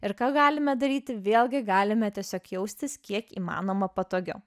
ir ką galime daryti vėlgi galime tiesiog jaustis kiek įmanoma patogiau